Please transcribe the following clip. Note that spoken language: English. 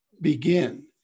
begin